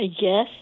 Yes